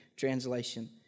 translation